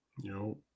No